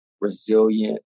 resilient